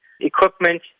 equipment